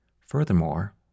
Furthermore